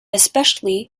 especially